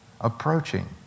approaching